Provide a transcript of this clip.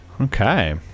Okay